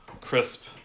crisp